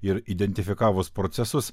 ir identifikavus procesus